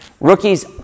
Rookies